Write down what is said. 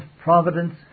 providence